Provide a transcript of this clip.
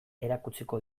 erakutsiko